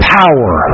power